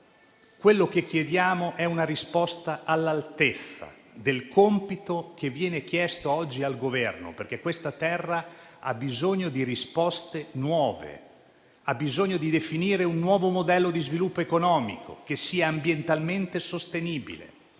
Quella che chiediamo è una risposta all'altezza del compito che viene chiesto oggi al Governo, perché questa terra ha bisogno di risposte nuove; ha bisogno di definire un nuovo modello di sviluppo economico che sia ambientalmente sostenibile;